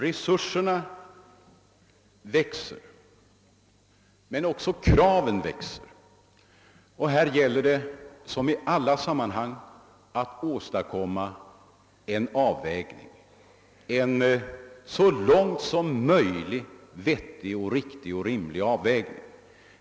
Resurserna växer men också kraven. Och här gäller det som i alla andra sammanhang att åstadkomma en så långt möjligt vettig och rimlig avvägning.